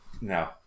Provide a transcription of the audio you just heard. No